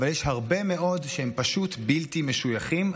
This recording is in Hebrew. אבל יש הרבה מאוד שהם פשוט בלתי משויכים.